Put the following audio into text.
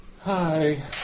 Hi